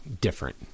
different